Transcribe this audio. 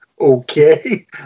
okay